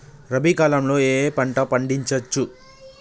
రబీ కాలంలో ఏ ఏ పంట పండించచ్చు?